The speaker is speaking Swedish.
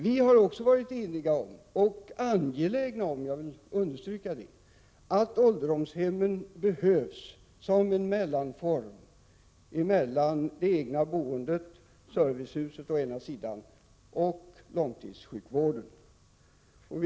Vi har också varit eniga om — och angelägna om; det vill jag understryka — att ålderdomshemmen behövs som en mellanform mellan det egna boendet och servicehusen å ena sidan och långtidssjukvården å den andra.